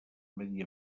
medi